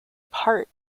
part